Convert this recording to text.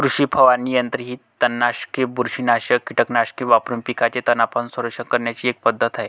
कृषी फवारणी यंत्र ही तणनाशके, बुरशीनाशक कीटकनाशके वापरून पिकांचे तणांपासून संरक्षण करण्याची एक पद्धत आहे